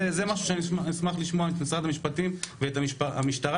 זה משהו שאני אשמח לשמוע את משרד המשפטים ואת המשטרה,